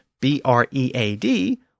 B-R-E-A-D